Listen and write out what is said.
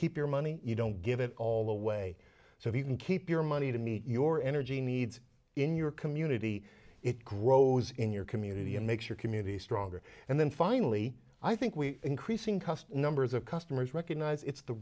keep your money you don't give it all away so you can keep your money to meet your energy needs in your community it grows in your community and makes your community stronger and then finally i think we increasing cust numbers of customers recognize it's the